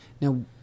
Now